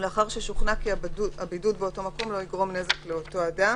לאחר ששוכנע כי הבידוד באותו מקום לא יגרום נזק לאותו אדם."